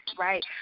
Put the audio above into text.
right